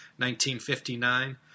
1959